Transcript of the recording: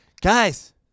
guys